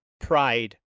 pride